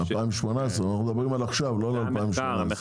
2018. אנחנו מדברים על עכשיו לא על 2018. זה המחקר.